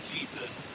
Jesus